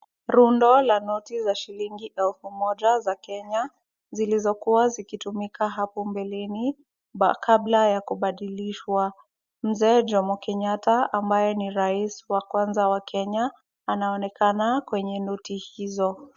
Rundo la noti za shilingi elfu moja za kenya zilizokuwa zikitumika hapo mbeleni, kabla ya kubadilishwa. Mzee Jomo Kenyatta ambaye ni rais wa kwanza wa kenya, anaonekana kwenye noti hizo.